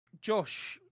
Josh